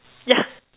yeah